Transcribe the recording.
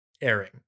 airing